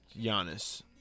Giannis